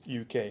UK